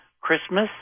Christmas